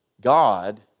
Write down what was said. God